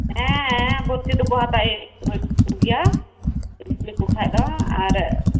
ᱦᱮᱸ ᱵᱷᱩᱛᱛᱤ ᱫᱚᱠᱚ ᱦᱟᱛᱟᱣᱮᱫ ᱠᱚᱜᱮᱭᱟ ᱤᱫᱤ ᱞᱮᱠᱚ ᱠᱷᱟᱱ ᱫᱚ ᱟᱨ